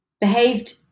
behaved